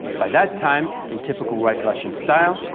by that time, in typical white russian style,